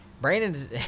Brandon